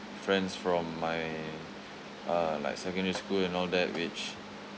friends from my uh like secondary school and all that which